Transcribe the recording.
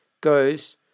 goes